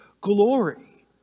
glory